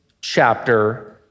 chapter